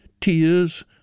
tears